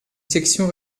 section